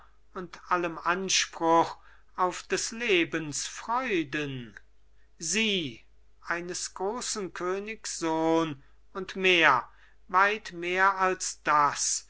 und allem anspruch auf des lebens freuden sie eines großen königs sohn und mehr weit mehr als das